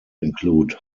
include